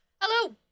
hello